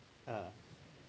uh